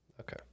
Okay